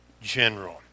general